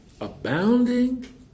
Abounding